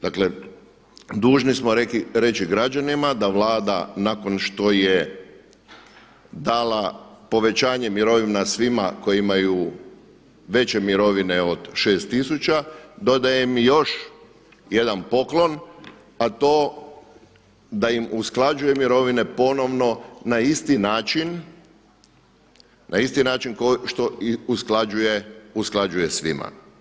Dakle, dužni smo reći građanima, da Vlada nakon što je dala povećanje mirovina svima koji imaju veće mirovine od 6000 dodaje im još jedan poklon, a to da im usklađuje mirovine ponovno na isti način kao što usklađuje svima.